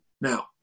Now